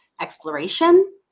exploration